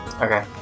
Okay